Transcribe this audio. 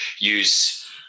use